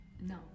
No